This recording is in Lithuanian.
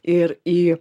ir į